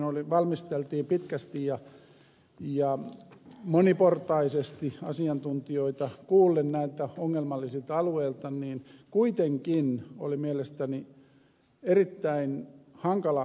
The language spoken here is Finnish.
sasi kertoi valmisteltiin pitkästi ja moniportaisesti asiantuntijoita kuullen näiltä ongelmallisilta alueita oli kuitenkin mielestäni erittäin hankala hyväksyä